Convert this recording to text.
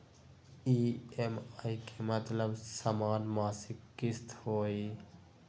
EMI के मतलब समान मासिक किस्त होहई?